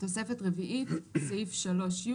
(סעיף 3י)